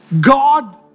God